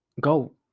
go